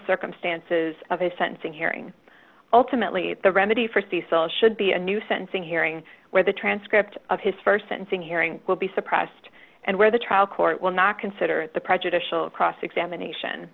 circumstances of his sentencing hearing ultimately the remedy for cecil should be a nuisance in hearing where the transcript of his st sentencing hearing will be suppressed and where the trial court will not consider the prejudicial cross examination